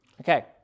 Okay